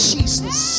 Jesus